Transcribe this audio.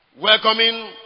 Welcoming